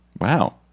Wow